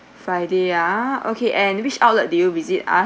friday ah okay and which outlet do you visit ah